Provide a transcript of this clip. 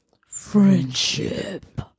friendship